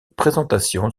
présentation